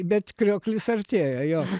bet krioklys artėja jo